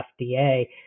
FDA